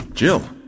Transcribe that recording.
Jill